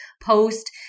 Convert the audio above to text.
post